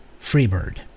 Freebird